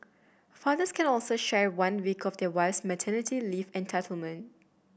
fathers can also share one week of their wife's maternity leave entitlement